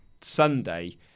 Sunday